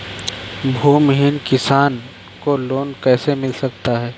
भूमिहीन किसान को लोन कैसे मिल सकता है?